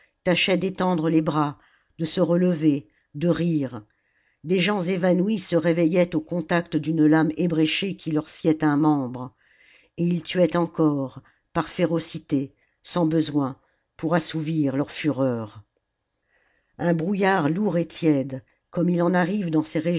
tâchaient d'étendre les bras de se relever de rire des gens évanouis se réveillaient au contact d'une lame ébréchée qui leur sciait un membre et ils tuaient encore par férocité sans besoin pour assouvir leur fureur un brouillard lourd et tiède comme il en arrive dans ces